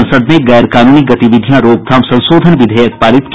संसद ने गैरकानूनी गतिविधियां रोकथाम संशोधन विधेयक पारित किया